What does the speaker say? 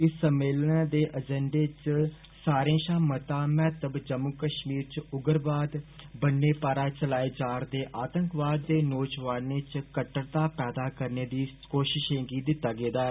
इस सम्मेलन दे ऐजैण्डे च सारे षा मता महत्व जम्मू कष्मीर च उग्रवाद बन्ने पारा चलाए जारदे आतंकवाद ते नौजुआनें च कट्टरता पैदा करने दिऐं कोषिषें गी दिता गेदा ऐ